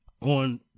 On